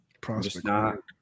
Prospect